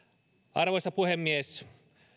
arvoisa puhemies